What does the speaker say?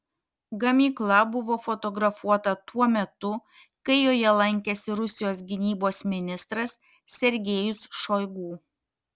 gamykla buvo fotografuota tuo metu kai joje lankėsi rusijos gynybos ministras sergejus šoigu